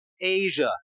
Asia